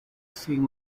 sin